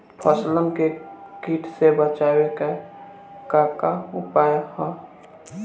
फसलन के कीट से बचावे क का उपाय है?